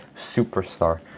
superstar